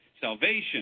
salvation